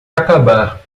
acabar